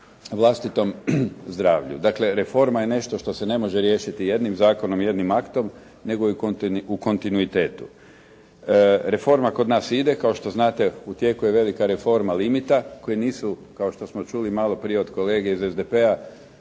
vlastitom zdravlju. Dakle reforma je nešto što se ne može riješiti jednim zakonom, jednim aktom nego je u kontinuitetu. Reforma kod nas ide. Kao što znate u tijeku je velika reforma limita koji nisu kao što smo čuli malo prije od kolege iz SDP-a,